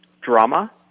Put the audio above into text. drama